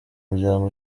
muryango